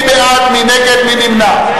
מי בעד, מי נגד, מי נמנע?